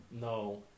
No